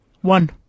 One